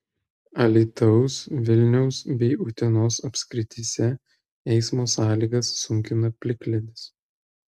alytaus vilniaus bei utenos apskrityse eismo sąlygas sunkina plikledis